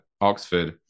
Oxford